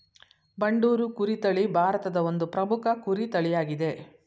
ಬಂಡೂರು ಕುರಿ ತಳಿ ಭಾರತದ ಒಂದು ಪ್ರಮುಖ ಕುರಿ ತಳಿಯಾಗಿದೆ